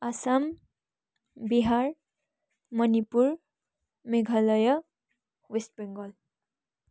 Assam Bihar Manipur Meghalaya West Bengal